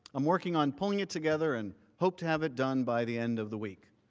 um working on pulling it together and hope to have it done by the end of the week.